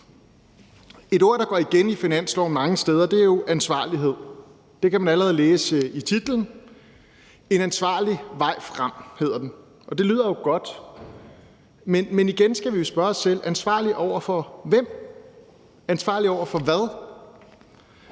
Et ord, der går igen mange steder i finanslovsforslaget, er jo ansvarlighed. Det kan man allerede læse i titlen. »En ansvarlig vej frem« hedder den, og det lyder jo godt. Men igen skal vi spørge selv: ansvarlig over for hvem, ansvarlig over for hvad?